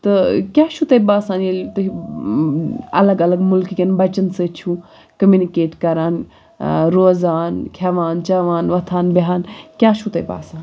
تہٕ کیٛاہ چھو تۄہہِ باسان ییٚلہِ تُہۍ اَلَگ اَلَگ مٔلکہٕ کؠن بَچَن سۭتۍ چھو کٔمنکیٹ کَران روزان کھؠوان چؠوان وۄتَھان بیٚہوان کیٛاہ چھو تۄہہِ باسان